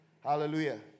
Hallelujah